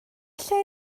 lle